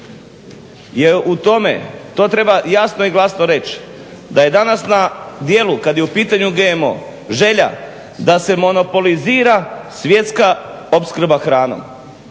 to treba jasno i glasno reći da je danas na dijelu kad je u pitanje GMO želja da se monopolizira svjetska opskrba hranom